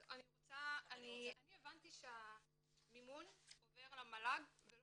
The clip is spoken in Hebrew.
אני הבנתי שהמימון עובר למל"ג ולא